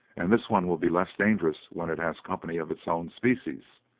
and this one will be less dangerous when it has company of its own species.